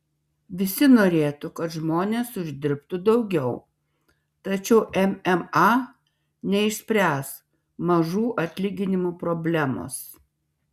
visi norėtų kad žmonės uždirbtų daugiau tačiau mma neišspręs mažų atlyginimų problemos